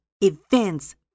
events